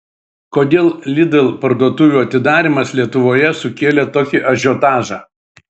kodėl lidl parduotuvių atidarymas lietuvoje sukėlė tokį ažiotažą